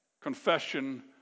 Confession